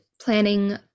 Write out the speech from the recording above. planning